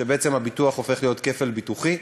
ובעצם הביטוח הופך להיות כפל ביטוחי.